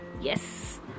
yes